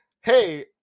hey